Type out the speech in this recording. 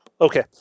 Okay